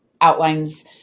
outlines